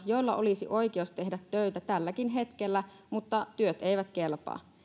joilla olisi oikeus tehdä töitä tälläkin hetkellä mutta työt eivät kelpaa